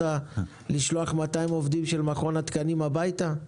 ההסתדרות לשלוח 200 עובדים של מכון התקנים הביתה?